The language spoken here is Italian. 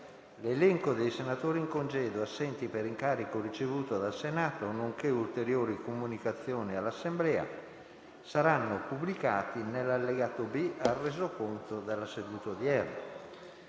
L’elenco dei senatori in congedo e assenti per incarico ricevuto dal Senato, nonché ulteriori comunicazioni all’Assemblea saranno pubblicati nell’allegato B al Resoconto della seduta odierna.